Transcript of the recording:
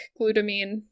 glutamine